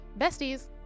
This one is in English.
besties